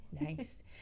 nice